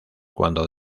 cuando